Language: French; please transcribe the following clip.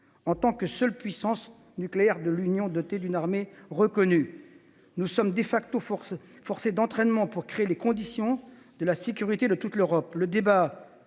En tant que seule puissance nucléaire de l’Union dotée d’une armée reconnue, notre pays est force d’entraînement pour créer les conditions de la sécurité de toute l’Europe.